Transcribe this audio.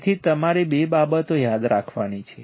તેથી તમારે બે બાબતો યાદ રાખવાની છે